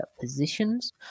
positions